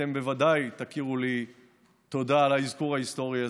ואתם בוודאי תכירו לי תודה על האזכור ההיסטורי הזה,